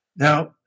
Now